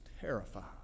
terrified